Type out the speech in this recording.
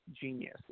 genius